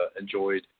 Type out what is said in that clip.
enjoyed